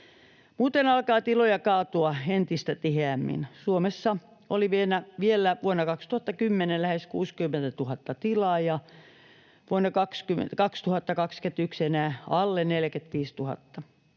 muuten alkaa tiloja kaatua entistä tiheämmin. Suomessa oli vielä vuonna 2010 lähes 60 000 tilaa ja vuonna 2021 enää alle 45 000.